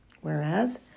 whereas